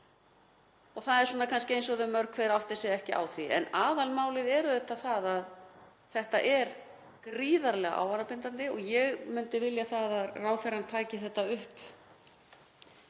Það er kannski eins og mörg hver átti sig ekki á því. En aðalmálið er auðvitað það að þetta er gríðarlega ávanabindandi og ég myndi vilja að ráðherrann tæki þetta upp